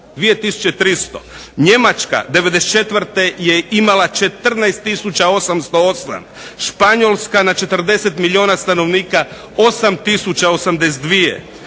2300. Njemačka '94. je imala 14808. Španjolska na 40 milijuna stanovnika 8082.